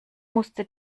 musste